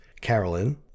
Carolyn